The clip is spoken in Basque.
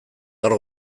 gaur